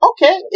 Okay